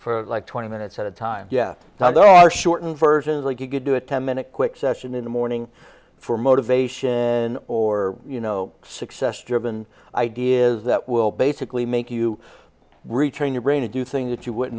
for like twenty minutes at a time yeah there are shortened version of like you could do a ten minute quick session in the morning for motivation or you know success driven ideas that will basically make you return your brain to do things that you would